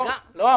לא,